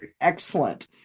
Excellent